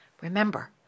Remember